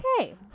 Okay